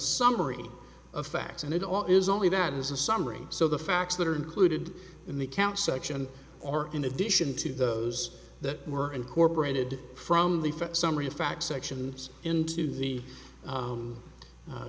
summary of facts and it all is only that is a summary so the facts that are included in the count section are in addition to those that were incorporated from the first summary of facts sections into the